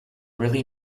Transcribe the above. really